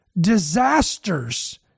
disasters